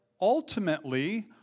ultimately